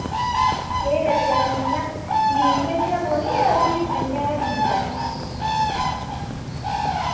केह् करचै फ्ही इ'य्यां लीव भेजने पौनी जां फ्ही इ'य्यां गै ठीक ऐ